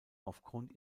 aufgrund